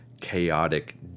chaotic